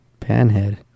Panhead